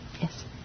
Yes